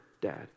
Dad